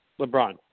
LeBron